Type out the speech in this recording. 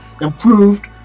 improved